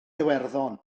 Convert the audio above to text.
iwerddon